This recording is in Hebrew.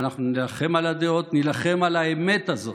אנחנו נילחם על הדעות, נילחם על האמת הזאת,